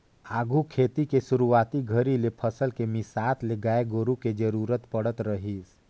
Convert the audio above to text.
आघु खेती के सुरूवाती घरी ले फसल के मिसात ले गाय गोरु के जरूरत पड़त रहीस